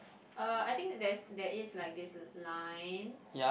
uh I think there's there is like this line